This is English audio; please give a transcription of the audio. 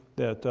that